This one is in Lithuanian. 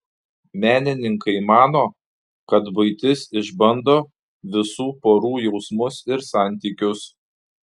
menininkai mano kad buitis išbando visų porų jausmus ir santykius